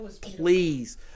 please